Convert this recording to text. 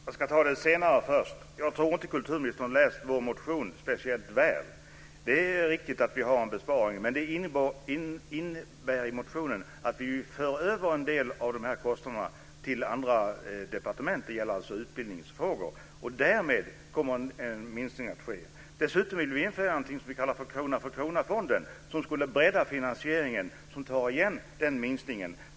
Herr talman! Jag ska ta det senare först. Jag tror inte att kulturministern har läst vår motion speciellt väl. Det är riktigt att vi föreslår en besparing i motionen, men det innebär att vi vill föra över en del av kostnaderna till andra departement - det gäller då utbildningsfrågor. Därmed kommer en minskning att ske. Dessutom vill vi införa någonting som vi kallar för krona-för-krona-fonden och som skulle bredda finansieringen och ta igen minskningen.